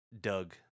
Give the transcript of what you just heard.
Doug